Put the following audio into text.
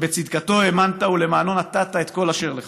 שבצדקתו האמנת ולמענן נתת את כל אשר לך."